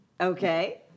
Okay